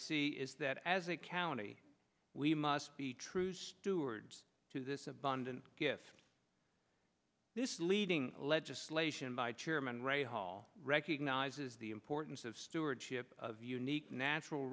see is that as a county we must be true stewards to this abundant gift this leading legislation by chairman right hall recognizes the importance of stewardship of unique natural